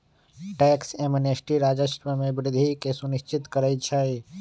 tax amnesty राजस्व में वृद्धि के सुनिश्चित करइ छै